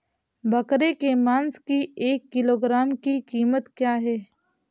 बकरे के मांस की एक किलोग्राम की कीमत क्या है?